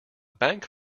bank